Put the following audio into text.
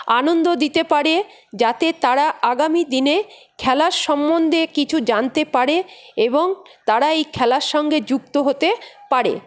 আনন্দ দিতে পারে যাতে তারা আগামী দিনে খেলার সম্মন্ধে কিছু জানতে পারে এবং তারা এই খেলার সঙ্গে যুক্ত হতে পারে